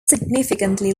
significantly